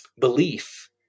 belief